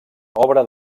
obra